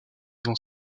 dans